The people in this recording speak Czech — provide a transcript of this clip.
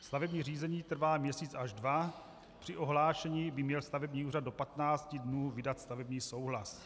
Stavební řízení trvá měsíc až dva, při ohlášení by měl stavební úřad do 15 dnů vydat stavební souhlas.